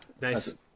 Nice